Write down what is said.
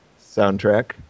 soundtrack